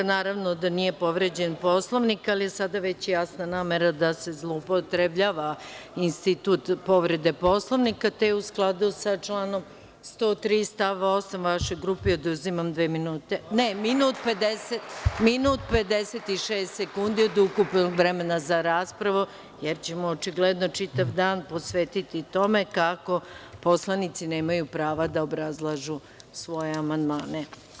Naravno da nije povređen Poslovnik, ali je sada jasna namera da se zloupotrebljava institut povrede Poslovnika, te u skladu sa članom 103. stav 8. vašoj grupi oduzimam dve minute, ne, minut i 56 sekundi od ukupnog vremena za raspravu, jer ćemo očigledno čitav dan posvetiti tome kako poslanici nemaju prava da obrazlažu svoje amandmane.